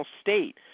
state